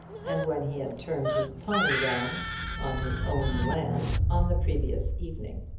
and when he had turned his pony round on his own land on the previous evening.